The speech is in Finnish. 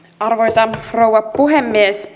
arvoisa rouva puhemies